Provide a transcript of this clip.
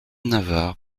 navarre